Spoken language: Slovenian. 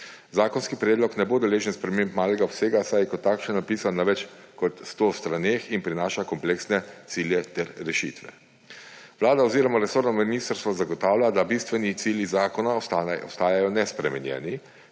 Zakonski predlog ne bo deležen sprememb malega obsega, saj je kot takšen napisan na več kot sto straneh in prinaša kompleksne cilje ter rešitve. Vlada oziroma resorno ministrstvo zagotavlja, da bistveni cilji zakona ostajajo nespremenjeni,